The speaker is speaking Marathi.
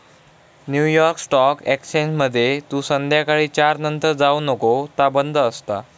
न्यू यॉर्क स्टॉक एक्सचेंजमध्ये तू संध्याकाळी चार नंतर जाऊ नको ता बंद असता